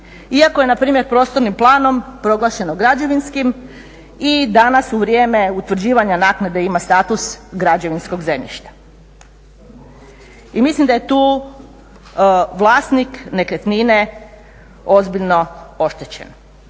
iako je na primjer prostornim planom proglašeno građevinskim i danas u vrijeme utvrđivanja naknade ima status građevinskog zemljišta. I mislim da je tu vlasnik nekretnine ozbiljno oštećen.